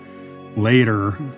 later